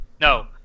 no